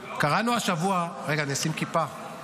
קראנו השבוע, רגע אני אשים כיפה, חשוב.